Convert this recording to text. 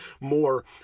more